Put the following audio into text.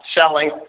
selling